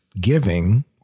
giving